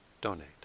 donate